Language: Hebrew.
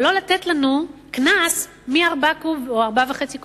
אבל לא לתת לנו קנס מ-4.5 קוב ומעלה.